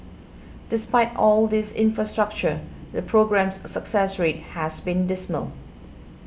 despite all this infrastructure the programme's success rate has been dismal